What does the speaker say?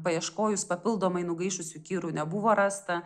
paieškojus papildomai nugaišusių kirų nebuvo rasta